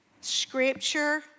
Scripture